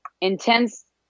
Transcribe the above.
intense